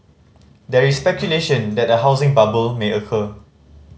there is speculation that a housing bubble may occur